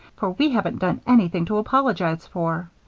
for we haven't done anything to apologize for.